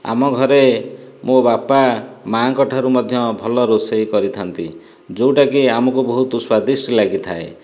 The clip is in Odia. ଆମ ଘରେ ମୋ ବାପା ମା ଙ୍କ ଠାରୁ ମଧ୍ୟ ଭଲ ରୋଷେଇ କରିଥାନ୍ତି ଯୋଉଁଟାକି ଆମକୁ ବହୁତ ସ୍ୱାଦିଷ୍ଟ ଲାଗିଥାଏ